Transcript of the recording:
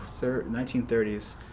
1930s